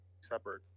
separate